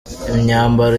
imyambaro